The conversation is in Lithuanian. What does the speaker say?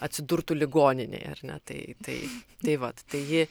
atsidurtų ligoninėj ar ne tai tai tai vat tai ji